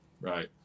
right